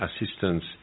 assistance